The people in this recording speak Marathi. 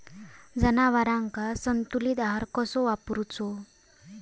जनावरांका संतुलित आहार कसो पुरवायचो?